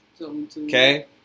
okay